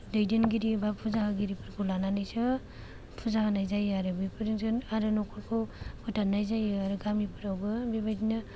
दैदेनगिरि एबा फुजा होगिरिफोरखौ लानानैसो फुजा होनाय जायो आरो बेफोरजोंसोनो आरो न'खरखौ फोदान्नाय जायो आरो गामिफोरावबो बेबायदिनो